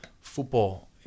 football